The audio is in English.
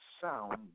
sound